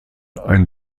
ein